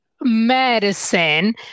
medicine